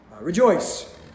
Rejoice